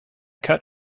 cut